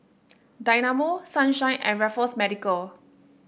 Dynamo Sunshine and Raffles Medical